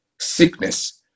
sickness